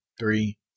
three